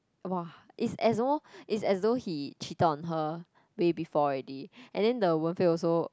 !wah! is as though is as though he cheated on her way before already and then the Wen-Fei also